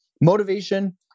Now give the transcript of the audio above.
motivation